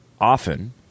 often